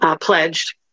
pledged